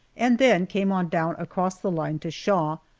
and then came on down across the line to shaw,